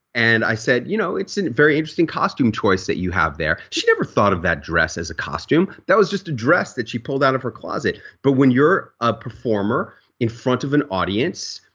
and i said, you know, it's a very interesting costume choice that you have there. she never thought of that dress as a costume. that was just a dress that she pulled out of her closet. but when you're a performer in front of an audience,